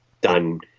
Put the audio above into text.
done